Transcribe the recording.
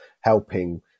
helping